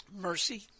mercy